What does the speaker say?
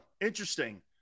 interesting